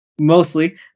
mostly